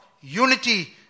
unity